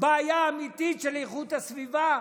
בעיה אמיתית של איכות הסביבה,